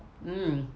mm